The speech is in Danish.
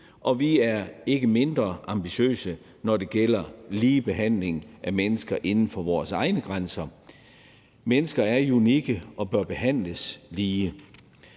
Vi er ikke mindre ambitiøse, når det gælder ligebehandling af mennesker inden for vores egne grænser. Mennesker er unikke og bør behandles lige.